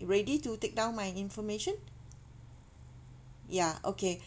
you ready to take down my information ya okay